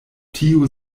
tiu